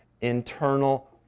internal